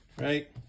Right